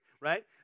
right